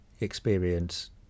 experience